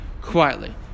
quietly